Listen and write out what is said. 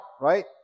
right